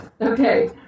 Okay